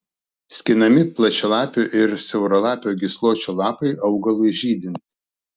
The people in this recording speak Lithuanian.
skinami plačialapio ir siauralapio gysločio lapai augalui žydint